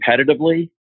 competitively